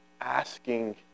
asking